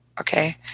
Okay